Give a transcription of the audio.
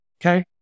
Okay